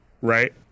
Right